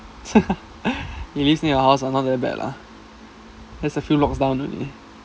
he lives near my house not that bad lah just a few lots down only